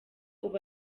ubu